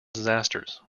disasters